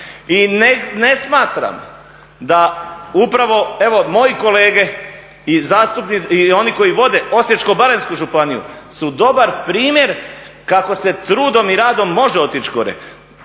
I ne smatram da upravo evo moji kolege i oni koji vode Osječko-baranjsku županiju su dobar primjer kako se trudom i radom može otići gore.